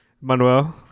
Manuel